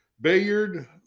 Bayard